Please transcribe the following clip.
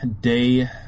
day